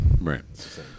Right